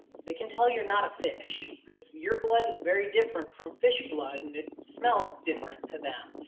they can tell you're not a fish cause your blood is very different from fish blood and it smells different to them.